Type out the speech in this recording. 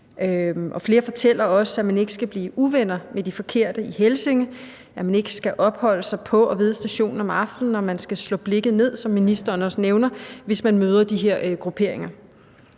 Flere fortæller også, at man ikke skal blive uvenner med de forkerte i Helsinge, at man ikke skal opholde sig på og ved stationen om aftenen, og at man skal slå blikket ned, som ministeren også nævner, hvis man møder de her grupperinger.